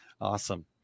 Awesome